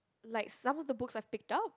like some of the books are picked down